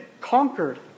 conquered